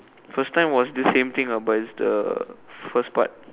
first time was this same thing but it's the first part